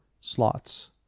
slots